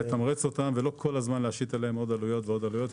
לתמרץ אותם ולא כל הזמן להשית עליהם עוד עלויות ועוד עלויות.